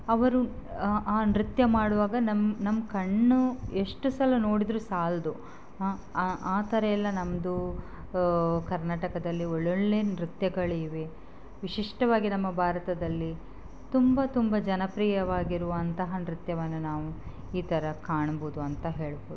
ಅವರು ಆ ನೃತ್ಯ ಮಾಡುವಾಗ ನಮ್ಮ ನಮ್ಮ ಕಣ್ಣು ಎಷ್ಟು ಸಲ ನೋಡಿದ್ರೂ ಸಾಲದು ಆ ಆ ಆ ಥರ ಎಲ್ಲ ನಮ್ಮದು ಕರ್ನಾಟಕದಲ್ಲಿ ಒಳ್ಳೊಳ್ಳೆಯ ನೃತ್ಯಗಳಿವೆ ವಿಶಿಷ್ಟವಾಗಿ ನಮ್ಮ ಭಾರತದಲ್ಲಿ ತುಂಬ ತುಂಬ ಜನಪ್ರಿಯವಾಗಿರುವಂತಹ ನೃತ್ಯವನ್ನು ನಾವು ಈ ಥರ ಕಾಣ್ಬೋದು ಅಂತ ಹೇಳ್ಬೋದು